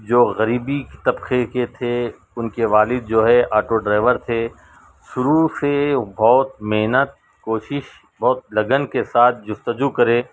جو غریبی طبقے کے تھے ان کے والد جو ہے آٹو ڈرائیور تھے شروع سے بہت محنت کوشش بہت لگن کے ساتھ جستجو کرے